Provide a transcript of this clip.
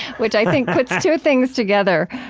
which i think puts two things together,